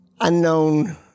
unknown